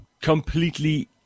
completely